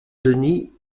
denis